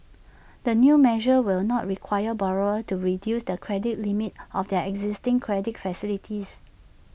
the new measure will not require borrowers to reduce the credit limit of their existing credit facilities